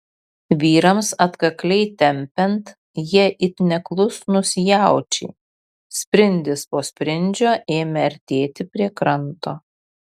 vyrams atkakliai tempiant jie it neklusnūs jaučiai sprindis po sprindžio ėmė artėti prie kranto